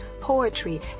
poetry